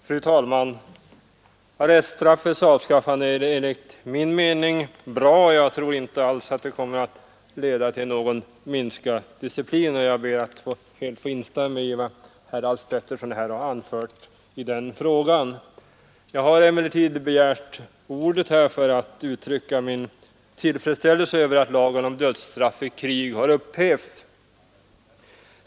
Fru talman! Arreststraffets avskaffande är enligt min mening bra. Jag tror inte alls att det kommer att leda till någon minskad disciplin, och jag ber helt att få instämma i vad herr Alf Pettersson i Malmö här anfört i frågan Jag har emellertid begärt ordet för att uttrycka min tillfredsställelse över att lagen om dödsstraff i krig upphävs.